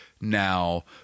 now